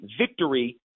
victory